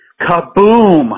kaboom